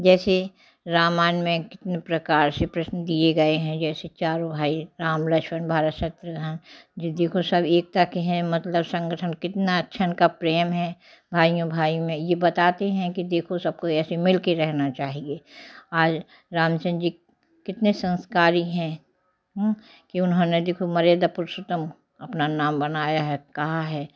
जैसे रामायण में कितने प्रकार से प्रश्न दिए गए हैं जैसे चार भाई राम लक्ष्मण भरत शत्रुघ्न जो देखो सब एकता के हैं मतलब संगठन कितना अच्छा इनका प्रेम है भाइयों भाइयों में ये बताते हैं कि देखो सबको ऐसे मिल के रहना चाहिए और रामचंद्र जी कितने संस्कारी हैं कि उन्होंने देखो मर्यादा पुरुषोतम अपना नाम बनाया है कहा है